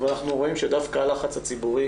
אבל אנחנו רואים שדווקא הלחץ הציבורי